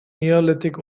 neolithic